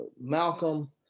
Malcolm